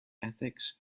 ethics